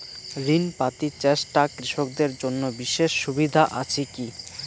ঋণ পাতি চেষ্টা কৃষকদের জন্য বিশেষ সুবিধা আছি কি?